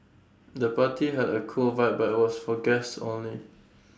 the party had A cool vibe but was for guests only